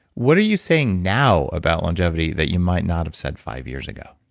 what are you saying now about longevity that you might not have said five years ago?